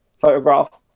photograph